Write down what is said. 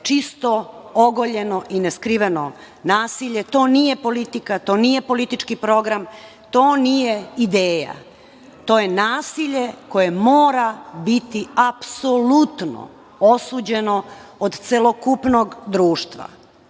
čisto ogoljeno i neskriveno nasilje. To nije politika, to nije politički program, to nije ideja. To je nasilje koje mora biti apsolutno osuđeno od celokupnog društva,